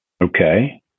Okay